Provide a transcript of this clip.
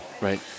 Right